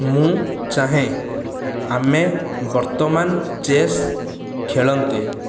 ମୁଁ ଚାହେଁ ଆମେ ବର୍ତ୍ତମାନ ଚେସ୍ ଖେଳନ୍ତେ